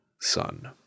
son